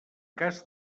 cas